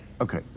Okay